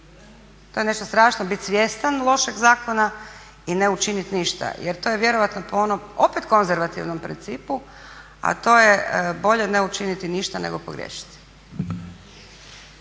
to je nešto strašno biti svjestan lošeg zakona i ne učinit ništa jer to je vjerojatno po onom opet konzervativnom principu a to je bolje ne učiniti ništa nego pogriješiti.